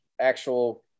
actual